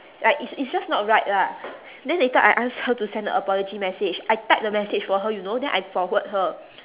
like it's it's just not right lah then later I ask her to send a apology message I type the message for her you know then I forward her